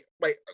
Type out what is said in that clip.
wait